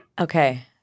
Okay